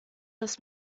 das